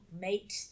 mate